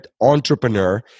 entrepreneur